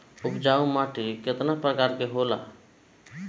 उपजाऊ माटी केतना प्रकार के होला?